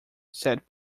said